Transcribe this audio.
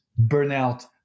burnout